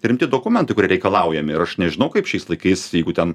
rimti dokumentai kurie reikalaujami ir aš nežinau kaip šiais laikais jeigu ten